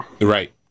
right